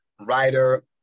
writer